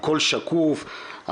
הכול שקוף,